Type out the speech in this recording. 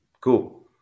Cool